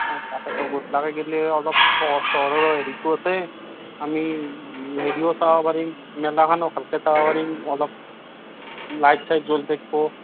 অঁ তাকেতো গধূলাকৈ গ'লে অলপ পোহৰ চোহৰৰ হেৰিতো আছে আমি হেৰিও চাব পাৰিম মেলাখনো ভালকৈ চাব পাৰিম অলপ লাইট চাইট জ্বলি থাকিব